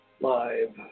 ...live